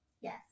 Yes